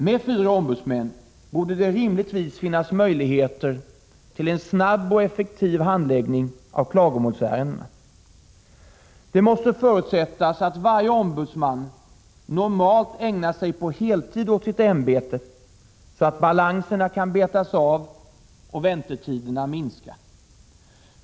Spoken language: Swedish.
Med fyra ombudsmän borde det rimligtvis finnas möjligheter till en snabb och effektiv handläggning av klagomålsärendena. Det måste förutsättas att varje ombudsman normalt ägnar sig på heltid åt sitt ämbete, så att balanserna kan betas av och väntetiderna minska.